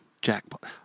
jackpot